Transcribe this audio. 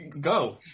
go